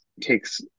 Takes